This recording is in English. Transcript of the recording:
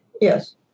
yes